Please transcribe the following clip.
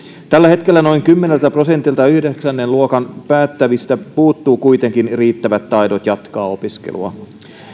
tällä hetkellä noin kymmeneltä prosentilta yhdeksännen luokan päättävistä puuttuu kuitenkin riittävät taidot jatkaa opiskelua